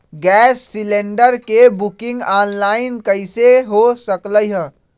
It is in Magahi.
गैस सिलेंडर के बुकिंग ऑनलाइन कईसे हो सकलई ह?